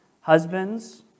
Husbands